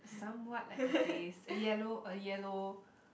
somewhat like a face a yellow a yellow